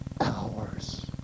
hours